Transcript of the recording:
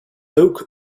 oak